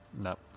No